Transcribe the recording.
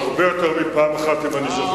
הרבה יותר מפעם אחת, אם אני זוכר נכון.